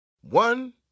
One